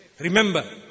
Remember